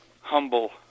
humble